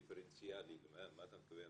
דיפרנציאלי למה אתה מתכוון?